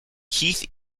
keith